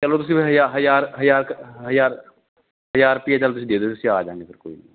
ਚਲੋ ਤੁਸੀਂ ਫੇਰ ਹਜ਼ਾ ਹਜ਼ਾ ਹਜ਼ਾ ਕ ਹਜ਼ਾ ਹਜ਼ਾਰ ਰੁਪਿਆ ਚਲ ਤੁਸੀਂ ਦੇ ਦਿਓ ਅਸੀਂ ਆਂ ਜਾਂਗੇ ਫਿਰ ਕੋਈ ਨਹੀਂ